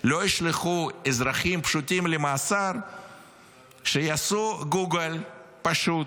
לא ישלחו אזרחים פשוטים למאסר כשיעשו גוגל פשוט,